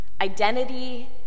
identity